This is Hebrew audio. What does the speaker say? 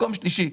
מקום שלישי,